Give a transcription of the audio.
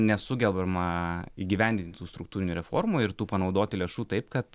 nesugebama įgyvendinti tų struktūrinių reformų ir tų panaudoti lėšų taip kad